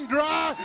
dry